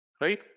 right